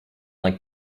like